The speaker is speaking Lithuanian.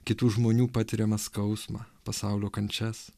kitų žmonių patiriamą skausmą pasaulio kančias